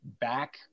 back